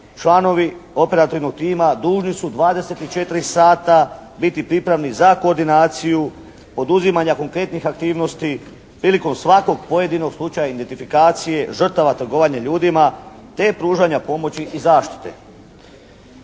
članovi operativnog tima dužni su 24 sata biti pripravni za koordinaciju poduzimanja konkretnih aktivnosti prilikom svakog pojedinog slučaja identifikacije, žrtava trgovanja ljudima te pružanja pomoći i zaštite.